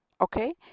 okay